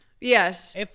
Yes